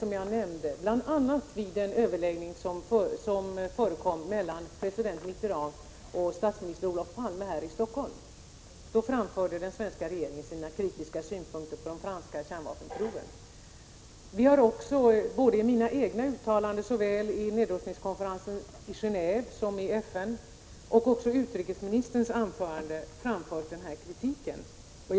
Som jag nämnde har det bl.a. skett vid den överläggning som förekom mellan president Mitterrand och statsminister Olof Palme här i Stockholm. Då framförde den svenska regeringen sina kritiska synpunkter på de franska kärnvapenproven. Både i mina egna uttalanden vid nedrustningskonferensen i Gen&ve och i FN och i utrikesministerns anföranden har denna kritik också framförts.